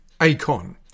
ACON